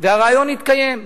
והריאיון התקיים.